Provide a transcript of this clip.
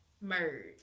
merge